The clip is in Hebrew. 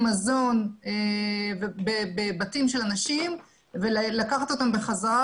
מזון בבתים של אנשים ולקחת אותם בחזרה,